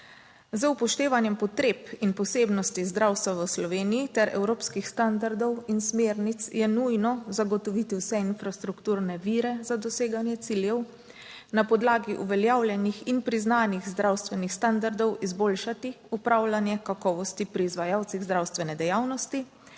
Z upoštevanjem potreb in posebnosti zdravstva v Sloveniji ter evropskih standardov in smernic je nujno zagotoviti vse infrastrukturne vire za doseganje ciljev na podlagi uveljavljenih in priznanih zdravstvenih standardov izboljšati upravljanje kakovosti pri izvajalcih zdravstvene dejavnosti,